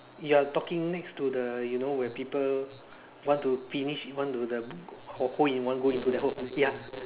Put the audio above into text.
you're talking next to the you know where people want to finish want to the hole in one go into that hole ya